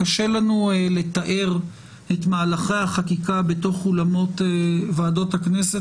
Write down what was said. קשה לנו תאר את מהלכי החקיקה בתוך אולמות ועדות הכנסת